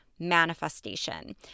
manifestation